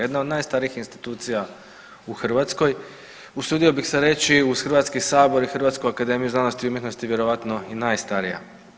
Jedna od najstarijih institucija u Hrvatskoj usudio bih se reći uz Hrvatski sabor i Hrvatsku akademiju znanosti i umjetnosti vjerojatno i najstarija.